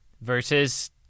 versus